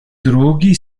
drugi